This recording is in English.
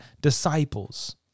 disciples